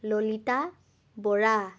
Lalita Bora